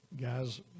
guys